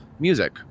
Music